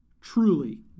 truly